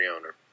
owner